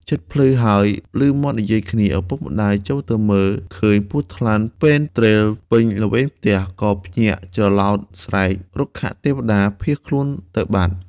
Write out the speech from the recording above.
ជិតភ្លឺហើយ ឭមាត់និយាយគ្នា ឪពុកម្ដាយចូលទៅមើលឃើញពស់ថ្លាន់ពេនទ្រេលពេញល្វែងផ្ទះ ក៏ភ្ញាក់ច្រឡោតស្រែក រុក្ខទេវតា ភៀសខ្លួនបាត់ទៅ។